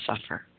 suffer